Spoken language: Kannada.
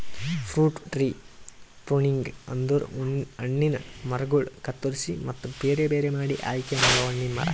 ಫ್ರೂಟ್ ಟ್ರೀ ಪ್ರುಣಿಂಗ್ ಅಂದುರ್ ಹಣ್ಣಿನ ಮರಗೊಳ್ ಕತ್ತುರಸಿ ಮತ್ತ ಬೇರೆ ಬೇರೆ ಮಾಡಿ ಆಯಿಕೆ ಮಾಡೊ ಹಣ್ಣಿನ ಮರ